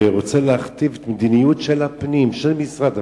ורוצה להכתיב את המדיניות של משרד הפנים.